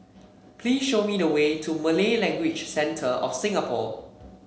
please show me the way to Malay Language Centre of Singapore